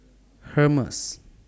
Hermes